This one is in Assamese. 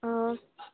অঁ